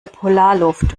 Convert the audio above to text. polarluft